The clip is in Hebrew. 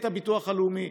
את הביטוח הלאומי,